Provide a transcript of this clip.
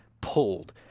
pulled